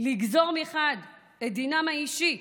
לגזור את דינם האישי,